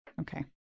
Okay